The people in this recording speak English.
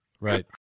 Right